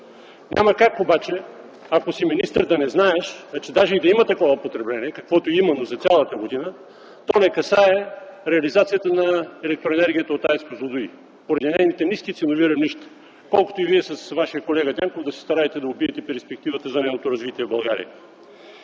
Няма как обаче, ако си министър, да не знаеш, че даже и да има такова потребление, каквото е именно за цялата година, то не касае реализацията на електроенергията от АЕЦ „Козлодуй” поради нейните ниски ценови равнища, колкото и Вие с Вашия колега Дянков да се стараете да убиете перспективата за нейното развитие в България.